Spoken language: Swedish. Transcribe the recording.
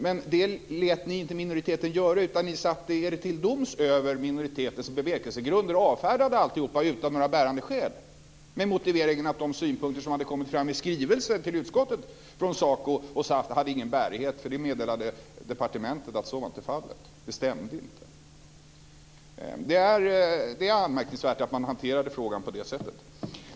Men det lät ni inte minoriteten göra, utan ni satte er till doms över minoritetens bevekelsegrunder och avfärdade alltihop utan några bärande skäl med motiveringen att de synpunkter som hade kommit fram i skrivelser till utskottet från SA CO och SAF inte hade någon bärighet, därför att departementet meddelade att så inte var fallet. Det stämde inte. Det är anmärkningsvärt att man hanterade fråga på det sättet.